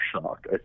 shock